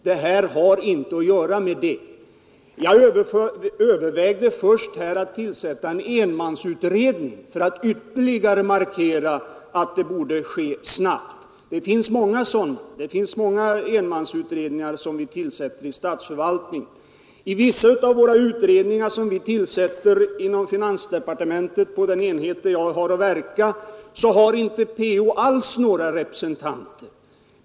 Jag kan tillägga att jag övervägde först att tillsätta en enmansutredning för att ytterligare markera att utredningen borde ske snabbt. I statsförvaltningen tillsätter vi många sådana enmansutredningar. I vissa av vå utredningar som vi til ätter inom finansdepartementet på den enhet där jag har att verka har inte PO några representanter alls.